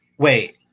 Wait